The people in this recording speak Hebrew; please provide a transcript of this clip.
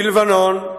בלבנון,